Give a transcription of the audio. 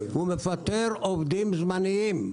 הוא מפטר עובדים זמניים.